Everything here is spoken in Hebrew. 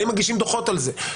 האם מגישים דוחות על זה.